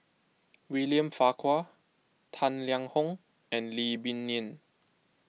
William Farquhar Tang Liang Hong and Lee Boon Ngan